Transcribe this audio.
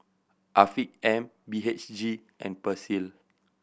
Afiq M B H G and Persil